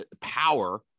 power